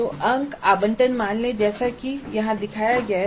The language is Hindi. तो अंक आवंटन मान लें जैसा कि यहां दिखाया गया है